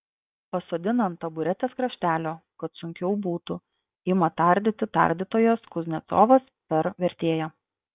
pasodina ant taburetės kraštelio kad sunkiau būtų ima tardyti tardytojas kuznecovas per vertėją